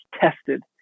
tested